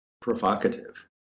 provocative